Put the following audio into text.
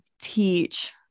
teach